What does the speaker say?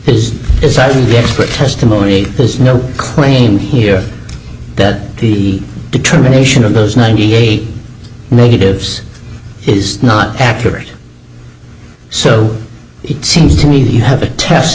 in the expert testimony there is no claim here that the determination of those ninety eight negatives is not accurate so it seems to me that you have a test